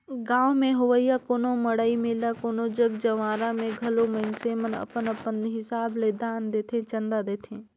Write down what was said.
गाँव में होवइया कोनो मड़ई मेला कोनो जग जंवारा में घलो मइनसे मन अपन अपन हिसाब ले दान देथे, चंदा देथे